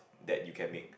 that you can make